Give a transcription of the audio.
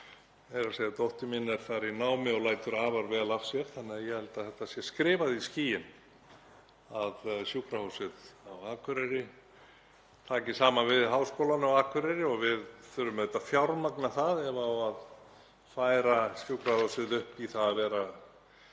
meira að segja er dóttir mín þar í námi og lætur afar vel af sér. Þannig að ég held að það sé skrifað í skýin að Sjúkrahúsið á Akureyri taki saman við Háskólann á Akureyri. Við þurfum auðvitað að fjármagna það ef það á að færa sjúkrahúsið upp í það að vera